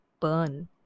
burn